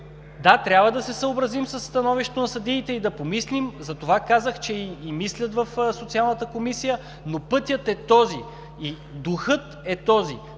Да, трябва да се съобразим със становището на съдиите и да помислим, затова казах, че и мислят в Социалната комисия, но пътят е този и духът е този